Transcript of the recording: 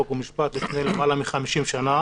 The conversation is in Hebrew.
חוק ומשפט לפני למעלה מ-50 שנה